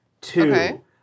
Two